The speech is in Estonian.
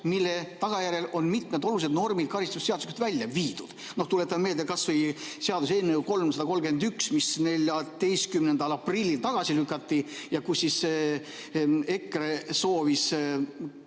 mille tagajärjel on mitmed olulised normid karistusseadustikust välja viidud. Tuletan meelde kas või seaduseelnõu 331, mis 14. aprillil tagasi lükati ja millega EKRE soovis